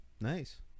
nice